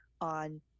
on